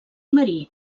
marí